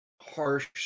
harsh